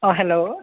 अ हेल'